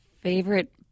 favorite